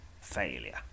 failure